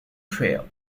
trail